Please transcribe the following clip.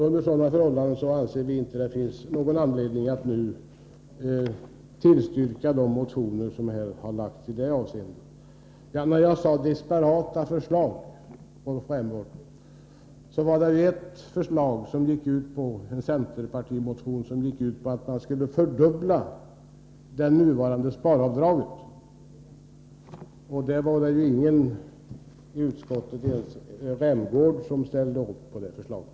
Under sådana förhållanden anser vi inte att det inte finns någon anledning att nu tillstyrka de motioner som väckts i det här avseendet. När jag talade om disparata förslag, Rolf Rämgård, tänkte jag bl.a. på ett förslag i en centerpartimotion som gick ut på att man skulle fördubbla det nuvarande sparavdraget. Ingen i utskottet, inte ens Rolf Rämgård, ställde ju upp på det förslaget.